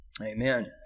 Amen